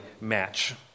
match